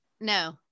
no